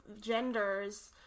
genders